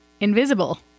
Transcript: invisible